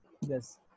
yes